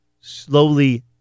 slowly